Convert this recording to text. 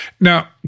Now